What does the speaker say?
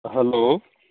hello